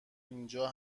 اینجا